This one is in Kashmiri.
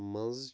منٛز